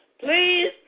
Please